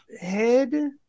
head